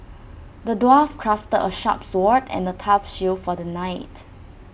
the dwarf crafted A sharp sword and A tough shield for the knight